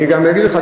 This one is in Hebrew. אני גם אגיד לך.